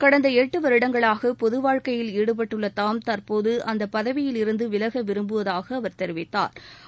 கடந்த எட்டு வருடங்களாக பொதுவாழ்க்கையில் ஈடுபட்டுள்ள தாம் தற்போது அந்தப் பதவியிலிருந்து விலக விரும்புவதாக அவர் தெரிவித்தாா்